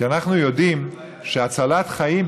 כי אנחנו יודעים שהצלת חיים,